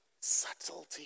subtlety